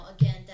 again